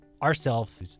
Ourself